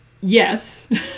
yes